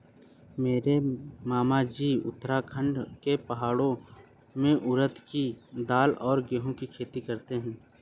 मेरे मामाजी उत्तराखंड के पहाड़ों में उड़द के दाल और गेहूं की खेती करते हैं